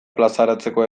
plazaratzeko